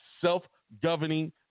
self-governing